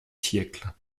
siècle